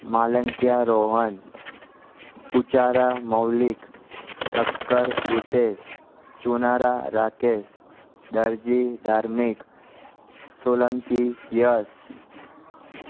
Malankiya Rohan Kuchara Maulik Thakkar Pritesh Chunara Rakesh Darji Dharmik Solanki Yash